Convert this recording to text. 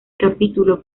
capítulo